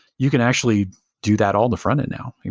you can actually do that all the front-end now.